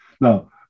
Now